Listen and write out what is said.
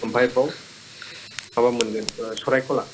आव आमफ्राय बाव माबा मोनगोन सरायकला